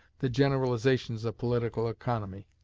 the generalizations of political economy.